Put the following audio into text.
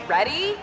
Ready